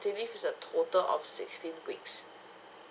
maternity leave is a total of sixteen weeks